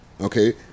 okay